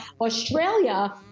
Australia